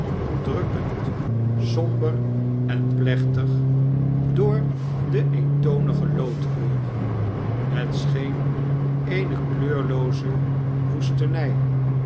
drukkend somber en plechtig door de eentonige loodkleur het scheen eene kleurlooze woesteng